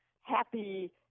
happy